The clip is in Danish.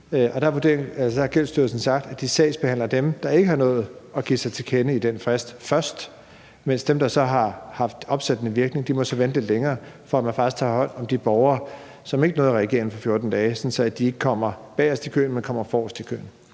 der har Gældsstyrelsen sagt, at de først sagsbehandler dem, der ikke har nået at give sig til kende inden for den frist, mens dem, i hvis sager det så har haft opsættende virkning, må vente lidt længere, for at man faktisk tager hånd om de borgere, som ikke nåede at reagere inden for 14 dage, sådan at de ikke kommer bagest i køen, men kommer forrest i køen.